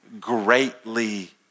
greatly